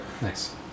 Nice